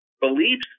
beliefs